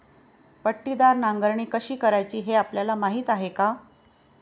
पट्टीदार नांगरणी कशी करायची हे आपल्याला माहीत आहे का?